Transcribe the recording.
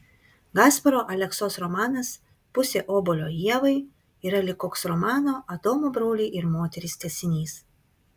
gasparo aleksos romanas pusė obuolio ievai yra lyg koks romano adomo broliai ir moterys tęsinys